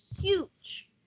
huge